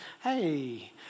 Hey